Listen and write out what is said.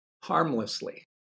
harmlessly